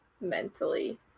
mentally